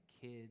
kids